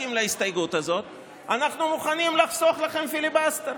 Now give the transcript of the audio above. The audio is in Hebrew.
להסכים להסתייגות הזאת אנחנו מוכנים לחסוך לכם פיליבסטר.